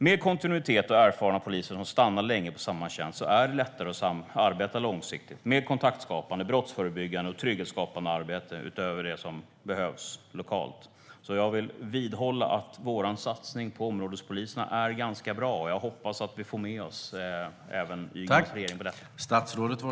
Med kontinuitet och erfarna poliser som stannar länge på samma tjänst är det lättare att arbeta långsiktigt med kontaktskapande, brottsförebyggande och trygghetsskapande arbete utöver det som behövs lokalt. Jag vidhåller att vår satsning på områdespoliserna är ganska bra, och jag hoppas att vi även får med oss Ygemans regering på detta.